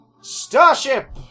Starship